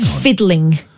fiddling